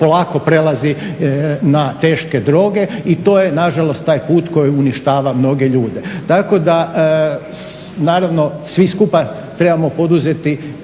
polako prelazi na teške droge. I to je nažalost taj put koji uništava mnoge ljude. Tako da, naravno svi skupa trebamo poduzeti